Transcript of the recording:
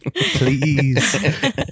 Please